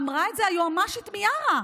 אמרה את זה היועמ"שית מיארה.